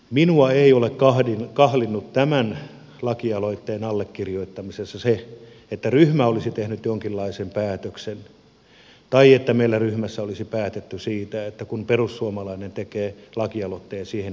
minua ei ole kahlinnut tämän lakialoitteen allekirjoittamisessa se että ryhmä olisi tehnyt jonkinlaisen päätöksen tai että meillä ryhmässä olisi päätetty siitä että kun perussuomalainen tekee lakialoitteen siihen ei kirjoiteta nimeä